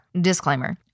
disclaimer